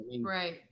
right